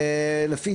לפי